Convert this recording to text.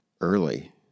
early